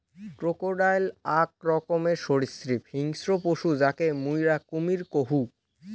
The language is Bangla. ক্রোকোডাইল আক রকমের সরীসৃপ হিংস্র পশু যাকে মুইরা কুমীর কহু